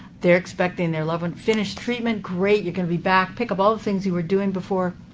they're expecting their loved one finish treatment, great. you're going to be back. pick up all the things you were doing before.